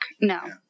No